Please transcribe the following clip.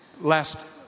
Last